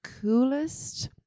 coolest